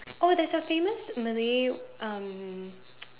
oh there's a famous Malay um